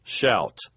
Shout